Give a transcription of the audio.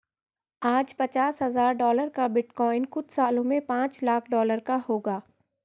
आज पचास हजार डॉलर का बिटकॉइन कुछ सालों में पांच लाख डॉलर का होगा